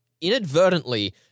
inadvertently